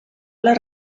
les